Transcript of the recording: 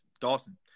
Dawson